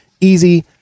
easy